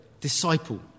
disciple